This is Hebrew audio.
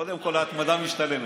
קודם כול, ההתמדה משתלמת.